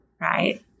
right